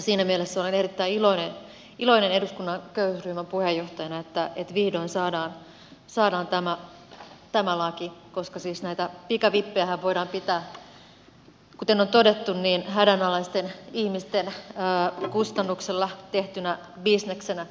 siinä mielessä olen eduskunnan köyhyysryhmän puheenjohtajana erittäin iloinen että vihdoin saadaan tämä laki koska siis näitä pikavippejähän voidaan pitää kuten on todettu hädänalaisten ihmisten kustannuksella tehtynä bisneksenä